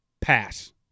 Pass